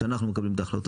שאנחנו מקבלים את ההחלטות,